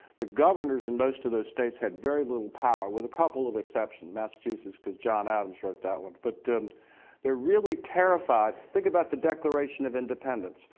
the governors in most of those states had very little power with a couple of exceptions, massachusetts because john adams wrote that one but they're really terrified, think about the declaration of independence,